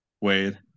Wade